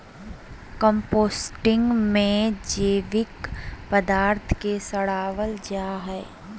composting में जैविक पदार्थ के सड़ाबल जा हइ